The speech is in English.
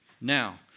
Now